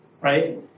Right